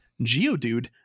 Geodude